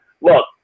look